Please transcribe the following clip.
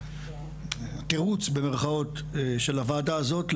התירוץ במירכאות של הוועדה הזאת,